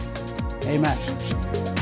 Amen